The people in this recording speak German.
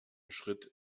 schritt